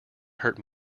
hurt